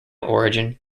origin